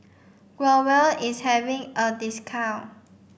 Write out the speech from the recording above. Growell is having a discount